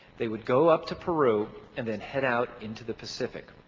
they would go up to peru and then head out into the pacific.